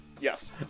Yes